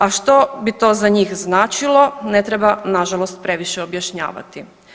A što bi to za njih značilo ne treba nažalost previše objašnjavati.